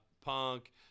punk